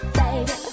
baby